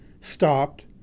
stopped